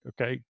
okay